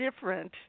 different